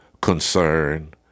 concern